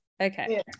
okay